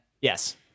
Yes